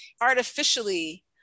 artificially